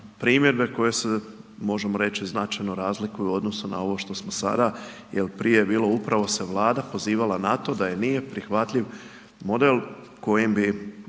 primjedbe koje se, možemo reć, značajno razlikuju u odnosu na ovo što smo sada, jel prije je bilo, upravo se Vlada pozivala na to da joj nije prihvatljiv model kojim bi,